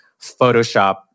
Photoshop